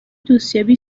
دوستیابی